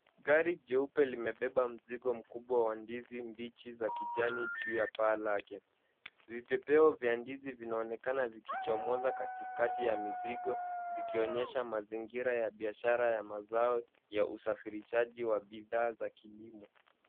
Gari jeupe limebeba mzigo mkubwa wa ndizi mbichi za kijani juu ya paa lake. Vipepeo vya ndizi vinaonekana vikichomoza katikati ya mizigo zikionyesha mazingira ya biashara ya mazao ya usafirishaji wa bidhaa za kilimo.